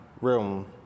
room